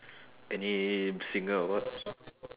any singer or what